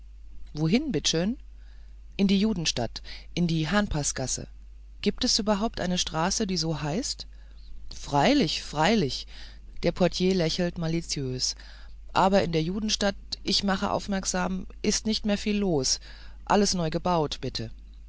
wohin bitt schän in die judenstadt in die hahnpaßgasse gibt's überhaupt eine straße die so heißt freilich freilich der portier lächelt malitiös aber in der judenstadt ich mache aufmerksam ist nicht mehr viel los alles neu gebaut bitte